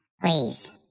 please